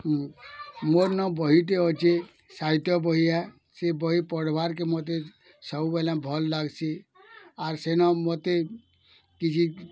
ମୋର ନ ବହିଟେ ଅଛେ ସାହିତ୍ୟ ବହି ୟା ସେ ବହି ପଢ଼୍ବାର୍ କେ ମୋତେ ସବୁବେଲେ ଭଲ୍ ଲାଗ୍ସି ଆର୍ ସେନ ମତେ କିଛି